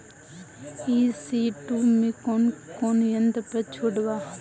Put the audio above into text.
ई.सी टू मै कौने कौने यंत्र पर छुट बा?